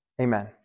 Amen